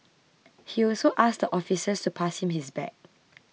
he also asked the officers to pass him his bag